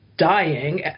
Dying